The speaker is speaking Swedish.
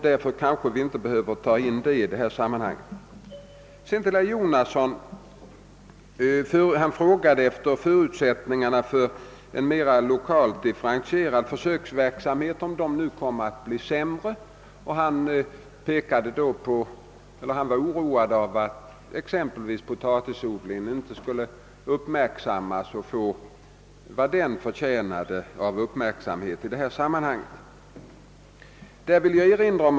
Därför kanske vi inte behöver ta upp den frågan i deita sammanhang. Herr Jonasson frågade om förutsättningarna för en lokalt differentierad försöksverksamhet nu kommer att bli sämre. Han var orolig för att exempel vis potatisodlingen inte skulle få den uppmärksamhet som den i detta sammanhang förtjänar.